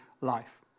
life